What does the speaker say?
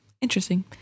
Interesting